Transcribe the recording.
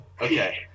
okay